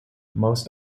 most